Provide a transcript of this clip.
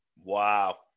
Wow